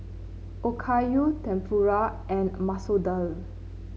Okayu Tempura and Masoor Dal